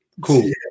Cool